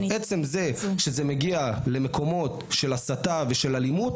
עצם זה שזה מגיע למקומות של הסתה ושל אלימות,